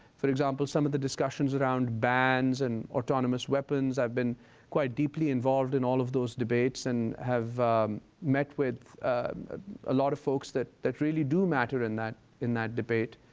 for example, some of the discussions around bans and autonomous weapons. i've been quite deeply involved in all of those debates and have met with a lot of folks that that really do matter in in that debate.